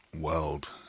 world